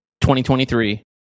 2023